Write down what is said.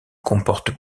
comporte